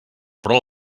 però